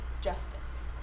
justice